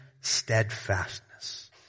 steadfastness